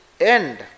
end